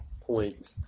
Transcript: point